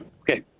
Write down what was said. Okay